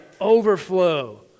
overflow